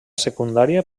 secundària